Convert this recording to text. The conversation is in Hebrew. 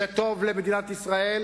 זה טוב למדינת ישראל,